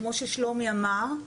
כמו ששלומי אמר,